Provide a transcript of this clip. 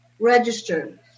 registered